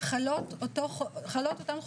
חלות אותן חובות.